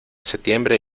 septiembre